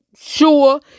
sure